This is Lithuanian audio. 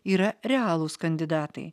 yra realūs kandidatai